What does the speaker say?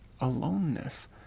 aloneness